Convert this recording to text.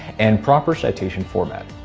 and proper citation formatting.